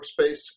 workspace